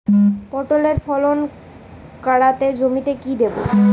পটলের ফলন কাড়াতে জমিতে কি দেবো?